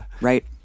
right